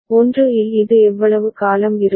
1 இல் இது எவ்வளவு காலம் இருக்கும்